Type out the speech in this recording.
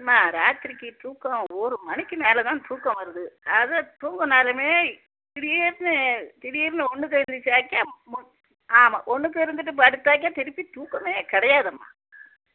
எம்மா ராத்திரிக்கு தூக்கம் ஒரு மணிக்கு மேலே தான் தூக்கம் வருது அதுவும் தூங்குனாலுமே திடீர்னு திடீர்னு ஒன்றுக்கு எந்திரிச்சாக்கா ம ஆமாம் ஒன்றுக்கு இருந்துகிட்டு படுத்தாக்கா திருப்பி தூக்கமே கிடையாதம்மா